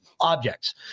objects